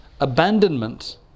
Abandonment